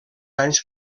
anys